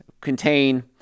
contain